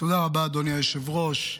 תודה רבה, אדוני היושב-ראש.